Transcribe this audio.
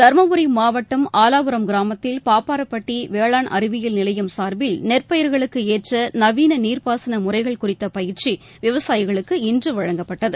தருமபுரி மாவட்டம் ஆலாபுரம் கிராமத்தில் பாப்பாரப்பட்டி வேளாண் அறிவியல் நிலையம் சார்பில் நெற்பயிர்களுக்கு ஏற்ற நவீன நீர்பாசன முறைகள் குறித்த பயிற்சி விவசாயிகளுக்கு இன்று வழங்கப்பட்டது